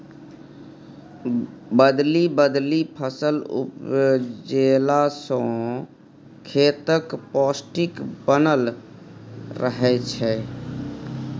बदलि बदलि फसल उपजेला सँ खेतक पौष्टिक बनल रहय छै